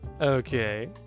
Okay